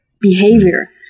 behavior